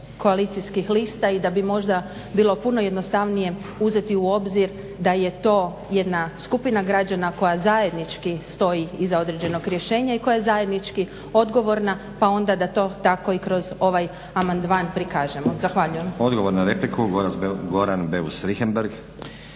koalicijskih lista i da bi možda bilo puno jednostavnije uzeti u obzir da je to jedna skupina građana koja zajednički stoji iza određenog rješenja i koja zajednički odgovorna pa onda da to tako i kroz ovaj amandman prikažemo. Zahvaljujem.